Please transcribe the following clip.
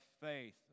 faith